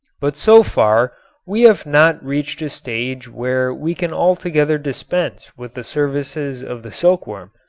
but so far we have not reached a stage where we can altogether dispense with the services of the silkworm.